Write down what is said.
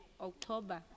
october